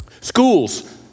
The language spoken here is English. Schools